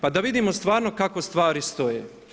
Pa da vidimo stvarno kako stvari stoje.